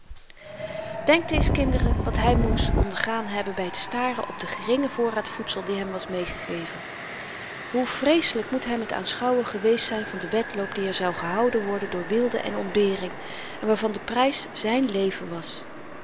denkt eens kinderen wat hy moet ondergaan hebben by t staren op den geringen voorraad voedsel die hem was meegegeven hoe vreeselyk moet hem t aanschouwen geweest zyn van den wedloop die er zou gehouden worden door wilden en ontbering en waarvan de prys zyn leven was